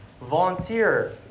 volunteer